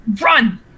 Run